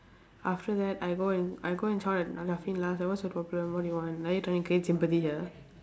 after that I go and I go and I said what's your problem what do you want are you trying to create sympathy here